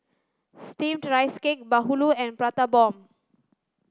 steamed rice cake bahulu and prata bomb